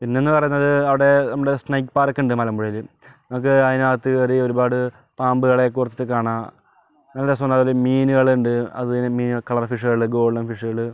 പിന്നെന്ന് പറയുന്നത് അവിടെ നമ്മുടെ സ്നേക്ക് പാർക്ക്ണ്ട് മലമ്പുഴേല് അത് അതിനാത്ത് കേറി ഒരുപാട് പാമ്പുകളെക്കുറിച്ചും കാണാം നല്ല രസോണ് അതില് മീനുകള്ണ്ട് അതുപോലെ മീന് കളർ ഫിഷ്കള് ഗോൾഡൻ ഫിഷ്കള്